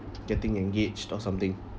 getting engaged or something